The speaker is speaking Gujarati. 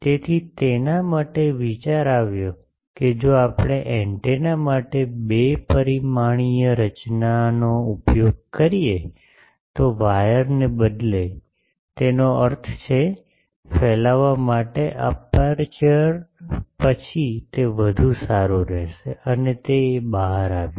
તેથી તેના માટે વિચાર આવ્યો કે જો આપણે એન્ટેના માટે બે પરિમાણીય રચનાનો ઉપયોગ કરીએ તો વાયરને બદલે તેનો અર્થ છે ફેલાવવા માટે અપેરચ્યોર પછી તે વધુ સારું રહેશે અને તે બહાર આવ્યું